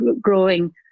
growing